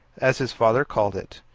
as his father called it.